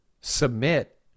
submit